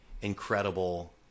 incredible